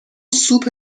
سوپ